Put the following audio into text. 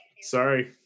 Sorry